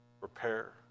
repair